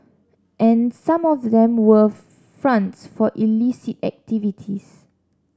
and some of them were fronts for illicit activities